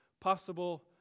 possible